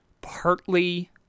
partly